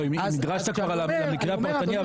דיברת על המקרה הפרטני,